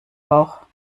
bauch